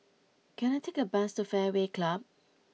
can I take a bus to Fairway Club